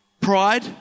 Pride